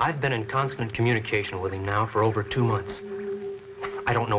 i've been in constant communication with him now for over two months i don't know